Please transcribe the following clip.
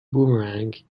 boomerang